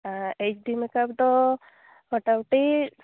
H D makeup ᱫᱚ ᱢᱚᱴᱟ ᱢᱩᱴᱤ